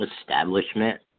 establishment